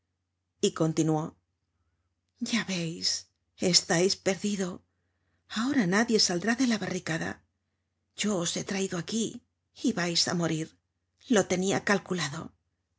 y continuó ya veis estais perdido ahora nadie saldrá de la barricada yo os he traido aquí y vais á morir lo tenia calculado